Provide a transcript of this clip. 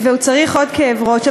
והוא צריך עוד כאב ראש.